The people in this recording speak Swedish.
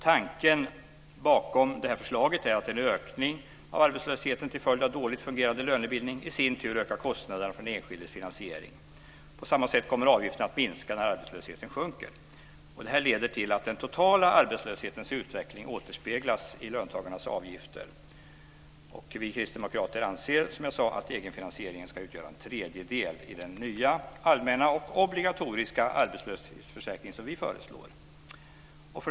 Tanken bakom förslaget är att en ökning av arbetslösheten till följd av en dåligt fungerande lönebildning i sin tur ökar kostnaden för den enskildes finansiering. På samma sätt kommer avgiften att minska när arbetslösheten sjunker. Detta leder till att den totala arbetslöshetens utveckling återspeglas i löntagarnas avgifter. Vi kristdemokrater anser, som sagt, att egenfinansieringen ska utgöra en tredjedel i den nya allmänna och obligatoriska arbetslöshetsförsäkring som vi föreslår.